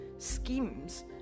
schemes